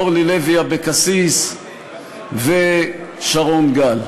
אורלי לוי אבקסיס ושרון גל: